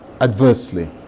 adversely